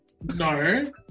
no